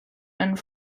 and